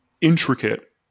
intricate